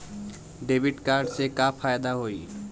Debit card से का फायदा होई?